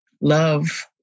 love